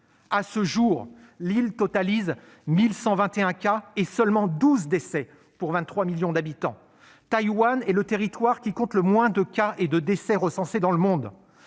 À ce jour, l'île totalise 1 121 cas confirmés et seulement douze décès, pour 23 millions d'habitants. Taïwan est le territoire qui compte le moins de cas et de décès recensés dans le monde.